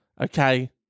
okay